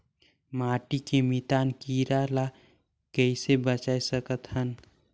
माटी के मितान कीरा ल कइसे बचाय सकत हन?